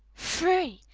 free!